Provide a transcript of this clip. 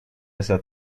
esta